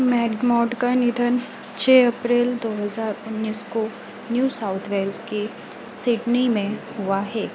McDermott का निधन छः अप्रैल दो हज़ार उन्नीस को न्यू साउथ वेल्स के सिडनी में हुआ है